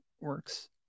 works